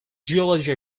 geology